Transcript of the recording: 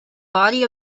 body